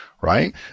right